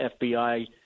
FBI